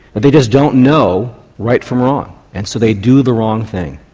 they just don't know right from wrong and so they do the wrong thing.